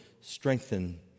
strengthen